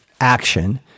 action